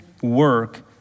work